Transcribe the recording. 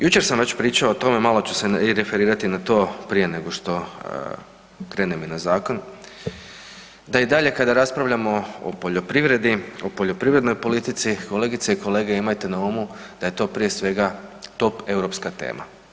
Jučer sam već pričao o tome, malo ću se i referirati na to prije nego što krenem i na zakon, da i dalje kada raspravljamo o poljoprivredi, o poljoprivrednoj politici, kolegice i kolege, imajte na umu da je to prije svega top europska tema.